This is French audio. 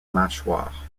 mâchoire